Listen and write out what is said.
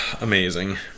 Amazing